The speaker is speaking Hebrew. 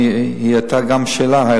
היתה לך שאלה?